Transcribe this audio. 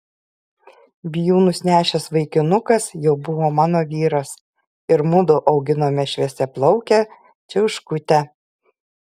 bijūnus nešęs vaikinukas jau buvo mano vyras ir mudu auginome šviesiaplaukę čiauškutę